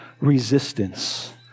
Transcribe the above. resistance